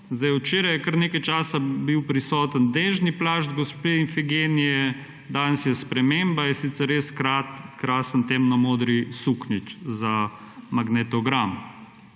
Zdaj, včeraj je kar nekaj časa bil prisoten dežni plašč gospe Ifigenije, danes je sprememba, je sicer res krasen temnomodri suknjič, za magnetogram.